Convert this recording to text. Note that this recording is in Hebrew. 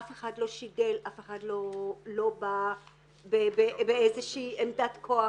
אף אחד לא שידל, אף אחד לא בא באיזושהי עמדת כוח